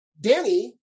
Danny